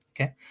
Okay